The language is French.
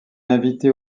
invité